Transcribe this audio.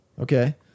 okay